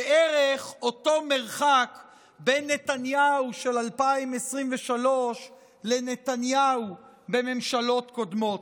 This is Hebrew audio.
בערך אותו מרחק בין נתניהו של 2023 לנתניהו בממשלות קודמות.